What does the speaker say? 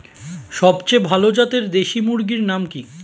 সবচেয়ে ভালো জাতের দেশি মুরগির নাম কি?